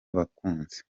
abakunzi